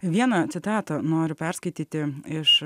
vieną citatą noriu perskaityti iš